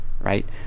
right